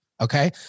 okay